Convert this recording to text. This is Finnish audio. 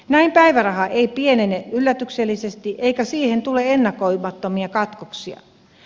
näin päiväraha ei pienene yllätyksellisesti eikä siihen tule ennakoimattomia katkoksia